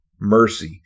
Mercy